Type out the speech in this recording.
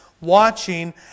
watching